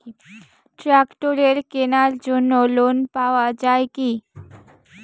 ট্রাক্টরের কেনার জন্য লোন পাওয়া যায় কি?